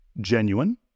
genuine